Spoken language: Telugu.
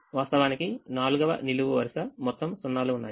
వాస్తవానికి నాల్గవ నిలువు వరుస మొత్తం 0 లు ఉన్నాయి